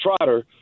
Trotter